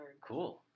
Cool